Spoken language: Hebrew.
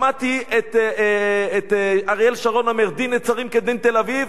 שמעתי את אריאל שרון אומר: דין נצרים כדין תל-אביב,